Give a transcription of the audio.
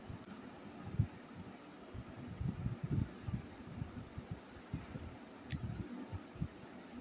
ಗಟ್ಟಿ ಕಟಗಿಗೆ ರೊಕ್ಕಾನು ಬಾಳ ಕಸುವು ಬಾಳ